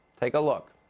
take a look.